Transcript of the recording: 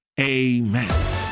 amen